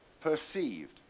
perceived